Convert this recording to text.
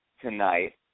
tonight